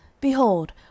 Behold